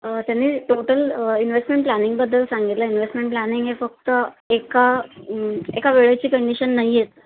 त्यांनी total investment प्लॅनिंगबद्दल सांगितलं इन्स्टमेंट प्लॅनिंग हे फक्त एका एका वेळेची कंडिशन नाहीये